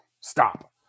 stop